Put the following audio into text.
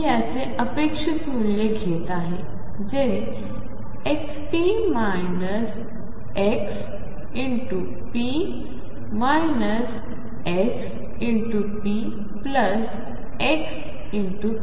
आणि मी याचे अपेक्षित मूल्य घेत आहे जे ⟨⟨xp⟩ ⟨x⟩⟨p⟩ ⟨x⟩⟨p⟩⟨x⟩⟨p⟩